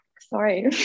sorry